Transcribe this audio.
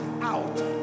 out